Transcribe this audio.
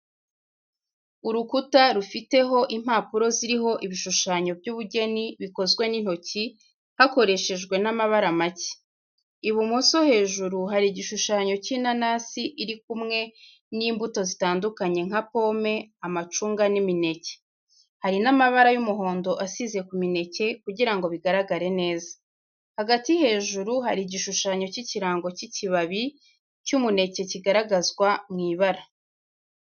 Urukuta rufiteho impapuro ziriho ibishushanyo by’ubugeni bikozwe n’intoki hakoreshejwe n’amabara make. Ibumoso hejuru hari igishushanyo cy'inanasi iri kumwe n’imbuto zitandukanye nka pome, amacunga, n’imineke. Hari n’amabara y’umuhondo asize ku mineke kugira ngo bigaragare neza. Hagati hejuru hari igishushanyo cy’ikirango cy’ikibabi cy'umuneke kigaragazwa mu ibara.